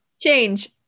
Change